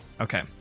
Okay